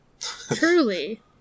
Truly